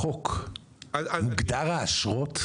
בחוק מוגדר האשרות?